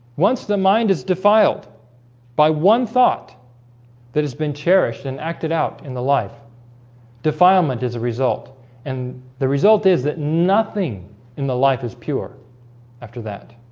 once the mind is defiled by one thought that has been cherished and acted out in the life defilement as a result and the result is that nothing in the life is pure after that